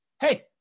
hey